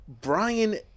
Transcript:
Brian